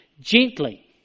Gently